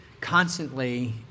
constantly